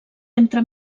entre